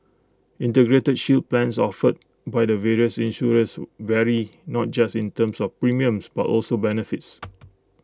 integrated shield plans offered by the various insurers vary not just in terms of premiums but also benefits